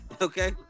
okay